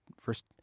first